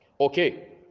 Okay